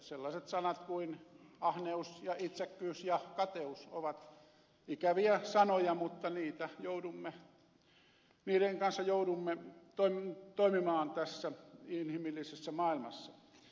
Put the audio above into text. sellaiset sanat kuin ahneus ja itsekkyys ja kateus ovat ikäviä sanoja mutta niiden kanssa joudumme toimimaan tässä inhimillisessä maailmassa